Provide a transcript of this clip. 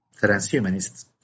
transhumanists